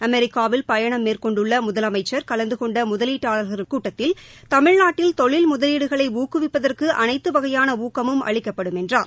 அமெரிக்காவில் பயணம் மேற்கொண்டுள்ள முதலமைச்சர் கலந்து கொண்ட முதலீட்டாளர்கள் கூட்டத்தில் தமிழ்நாட்டில் தொழில் முதலீடுகளை ஊக்குவிப்பதற்கு அனைத்து வகையான ஊக்கமும் அளிக்கப்படும் என்றார்